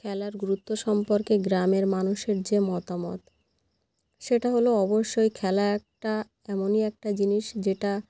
খেলার গুরুত্ব সম্পর্কে গ্রামের মানুষের যে মতামত সেটা হলো অবশ্যই খেলা একটা এমনই একটা জিনিস যেটা